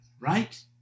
right